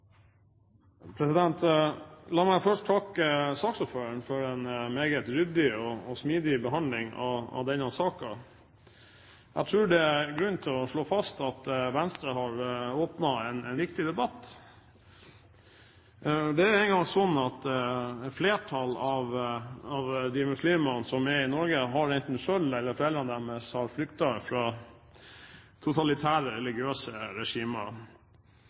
La meg først takke saksordføreren for en meget ryddig og smidig behandling av denne saken. Jeg tror det er grunn til å slå fast at Venstre har åpnet en viktig debatt. Det er engang slik at blant et flertall av de muslimene som er i Norge, har enten de selv eller foreldrene deres flyktet fra totalitære religiøse regimer.